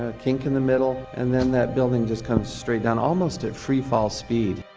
ah kink in the middle, and then that building just comes straight down almost at free fall speed.